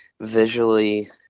visually